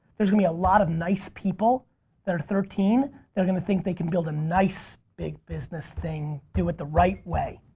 there's gonna be a lot of nice people that are thirteen that are gonna think they can build a nice, big business thing, do it the right way.